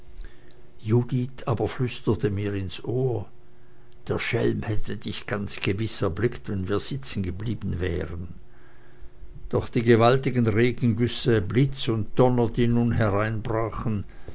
judith aber flüsterte mir ins ohr der schelm hätte dich jetzt ganz gewiß erblickt wenn wir sitzen geblieben wären doch die gewaltigen regengüsse blitz und donner die nun